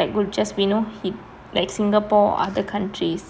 like will just you know he like singapore or countries